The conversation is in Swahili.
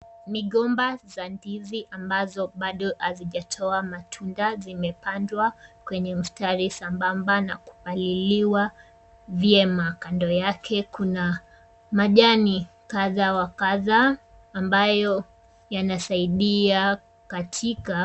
Migomba za ndizi ambazo bado hazijatoa matunda zimepandwa kwenye mistari sambamba na kupaliliwa vyema. Kando yake kuna majani kadha wa kadha ambayo yanasaidia katika...